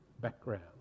background